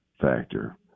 factor